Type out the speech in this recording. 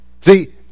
See